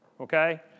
Okay